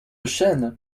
chêne